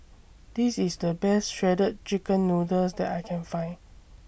This IS The Best Shredded Chicken Noodles that I Can Find